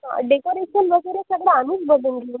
decoration वगैरे सगळं आम्हीच बघून घेऊ